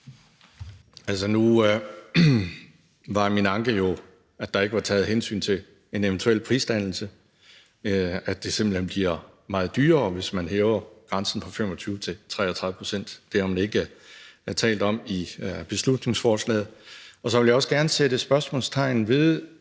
Altså, nu var min anke jo, at der ikke var taget hensyn til en eventuel prisdannelse, og at det simpelt hen bliver meget dyrere, hvis man hæver grænsen fra 25 til 33 pct. – det har man ikke talt om i beslutningsforslaget. Og så vil jeg også gerne sætte spørgsmålstegn ved,